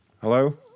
Hello